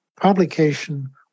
publication